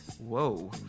Whoa